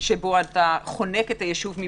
שבו אתה חונק את הישוב מבחוץ,